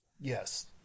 yes